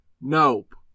Nope